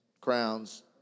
crowns